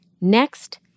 Next